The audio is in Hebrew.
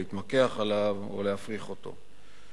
להתמקח עליו או להפריך אותו.